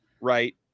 Right